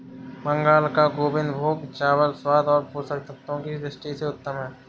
बंगाल का गोविंदभोग चावल स्वाद और पोषक तत्वों की दृष्टि से उत्तम है